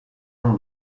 nom